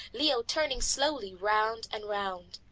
leo turning slowly round and round!